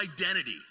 identity